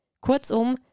Kurzum